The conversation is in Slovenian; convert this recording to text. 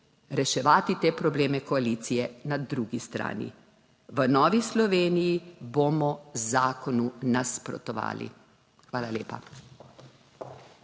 reševati te probleme koalicije na drugi strani. V Novi Sloveniji bomo zakonu nasprotovali. Hvala lepa.